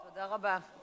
תודה רבה.